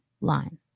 line